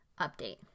update